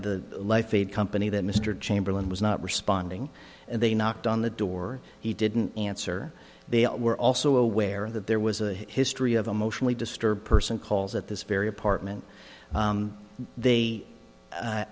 the life feed company that mr chamberlain was not responding and they knocked on the door he didn't answer they were also aware that there was a history of emotionally disturbed person calls at this very apartment they